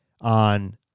on